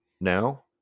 now